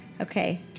Okay